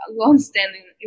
long-standing